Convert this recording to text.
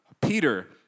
Peter